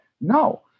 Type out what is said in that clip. No